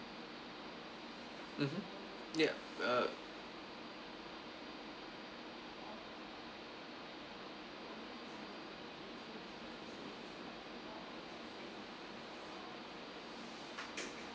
mmhmm ya uh